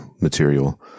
material